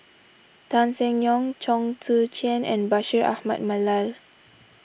Tan Seng Yong Chong Tze Chien and Bashir Ahmad Mallal